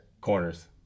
Corners